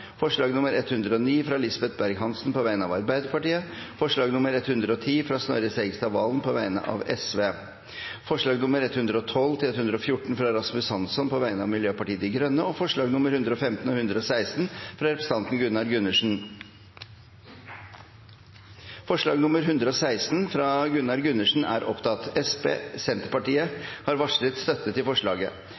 forslag nr. 109, fra Lisbeth Berg-Hansen på vegne av Arbeiderpartiet forslag nr. 110, fra Snorre Serigstad Valen på vegne av Sosialistisk Venstreparti forslagene nr. 112–114, fra Rasmus Hansson på vegne av Miljøpartiet De Grønne forslagene nr. 115–116, fra Gunnar Gundersen Det voteres over forslag nr. 116, fra Gunnar Gundersen. Forslaget lyder: «Stortinget ber regjeringen omdisponere midler avsatt til